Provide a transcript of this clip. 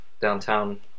downtown